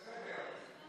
זה בסדר.